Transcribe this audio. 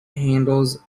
handles